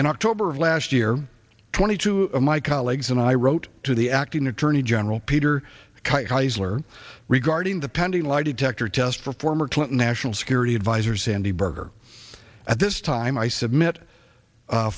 in october last year twenty two of my colleagues and i wrote to the acting attorney general peter keisler regarding the pending lie detector test for former clinton national security adviser sandy berger at this time i submit